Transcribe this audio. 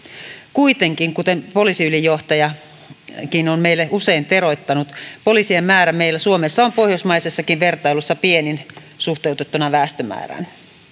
kuitenkin kuten poliisiylijohtajakin on meille usein teroittanut poliisien määrä meillä suomessa on pohjoismaisessakin vertailussa pienin suhteutettuna väestömäärään